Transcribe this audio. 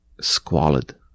squalid